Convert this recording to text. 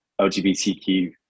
LGBTQ